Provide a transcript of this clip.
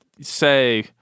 say